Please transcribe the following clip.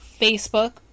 Facebook